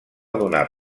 donar